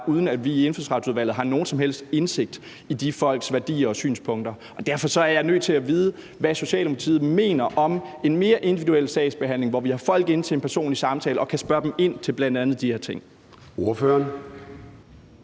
uden at vi i Indfødsretsudvalget har nogen som helst indsigt i de folks værdier og synspunkter. Derfor er jeg nødt til at vide, hvad Socialdemokratiet mener om en mere individuel sagsbehandling, hvor vi har folk inde til en personlig samtale og kan spørge dem ind til bl.a. de her ting.